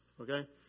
okay